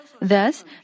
Thus